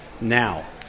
now